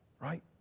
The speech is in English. right